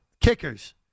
Kickers